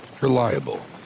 reliable